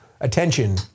attention